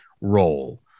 role